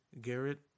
Garrett